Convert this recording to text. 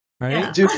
right